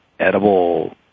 Edible